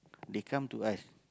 they come to us